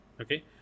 okay